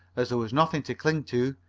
as there was nothing to cling to,